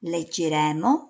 Leggeremo